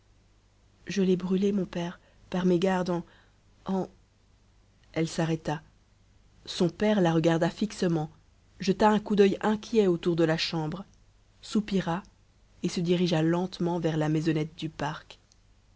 je l'ai brûlé mon père par mégarde en en elle s'arrêta son père la regarda fixement jeta un coup d'oeil inquiet autour de la chambre soupira et se dirigea lentement vers la maisonnette du parc